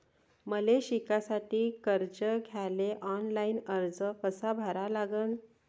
मले शिकासाठी कर्ज घ्याले ऑनलाईन अर्ज कसा भरा लागन?